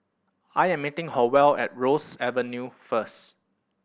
I am meeting Howell at Ross Avenue first